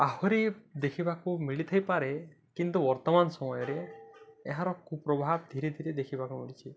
ଆହୁରି ଦେଖିବାକୁ ମିଳିଥାଇପାରେ କିନ୍ତୁ ବର୍ତ୍ତମାନ ସମୟରେ ଏହାର କୁପ୍ରଭାବ ଧୀରେ ଧୀରେ ଦେଖିବାକୁ ମିଳୁଛି